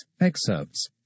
excerpts